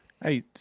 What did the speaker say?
hey